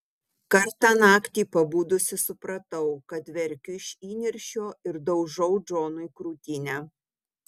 kartą naktį pabudusi supratau kad verkiu iš įniršio ir daužau džonui krūtinę